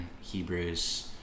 Hebrews